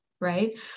right